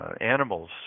animals